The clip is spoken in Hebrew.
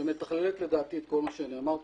הוא מתכלל לדעתי את כל מה שנאמר פה.